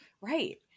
Right